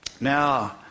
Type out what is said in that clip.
Now